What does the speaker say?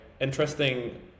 interesting